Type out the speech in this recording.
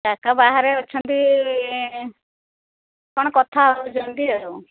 କାକା ବାହାରେ ଅଛନ୍ତି କ'ଣ କଥା ହଉଛନ୍ତି ଆଉ